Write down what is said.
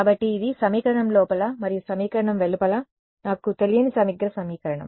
కాబట్టి ఇది సమీకరణం లోపల మరియు సమీకరణ వెలుపల నాకు తెలియని సమగ్ర సమీకరణం